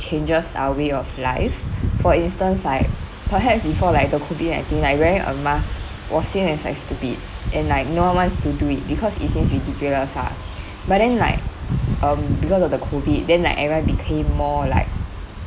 changes our way of life for instance like perhaps before like the COVID nineteen like wearing a mask was seen as like stupid and like no one wants to do it because it seems ridiculous lah but then like um because of the COVID then like everyone became more like